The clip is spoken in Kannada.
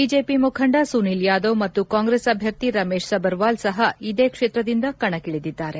ಬಿಜೆಪಿ ಮುಖಂಡ ಸುನಿಲ್ ಯಾದವ್ ಮತ್ತು ಕಾಂಗ್ರೆಸ್ ಅಭ್ಯರ್ಥಿ ರಮೇಶ್ ಸಬರ್ವಾಲ್ ಸಪ ಇದೇ ಕ್ಷೇತ್ರದಿಂದ ಕಣಕ್ಕಿಳಿದಿದ್ದಾರೆ